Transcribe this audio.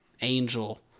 angel